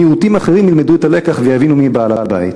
מיעוטים אחרים ילמדו את הלקח ויבינו מי בעל-הבית.